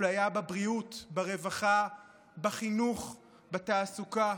אפליה בבריאות, ברווחה, בחינוך, בתעסוקה.